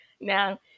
Now